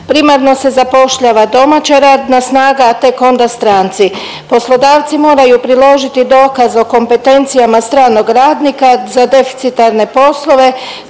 Primarno se zapošljava domaća radna snaga, a tek onda stranci. Poslodavci moraju priložiti dokaz o kompetencijama stranog radnika za deficitarne poslove